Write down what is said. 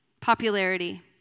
popularity